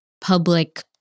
public